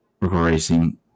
Racing